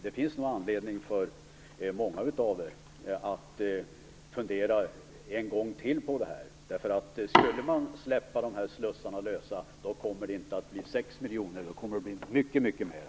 Det finns nog anledning för många av er att fundera en gång till på det här. Skulle slussarna här släppas lösa blir det inte fråga om 6 miljoner kronor, utan då kommer det att röra sig om mycket mera.